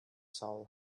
soul